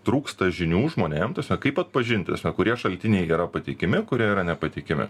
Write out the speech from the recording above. trūksta žinių žmonėm tasme kaip atpažinti kurie šaltiniai yra patikimi kurie yra nepatikimi